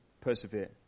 persevere